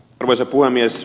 arvoisa puhemies